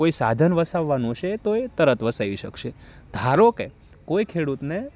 કોઈ સાધન વસાવવાનું હશે તો એ તરત વસાવી શકશે ધારો કે કોઈ ખેડૂતને